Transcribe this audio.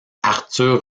arthur